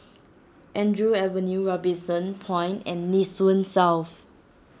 Andrew Avenue Robinson Point and Nee Soon South